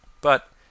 But